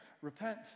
repent